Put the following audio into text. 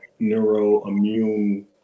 neuroimmune